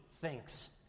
thinks